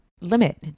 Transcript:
limit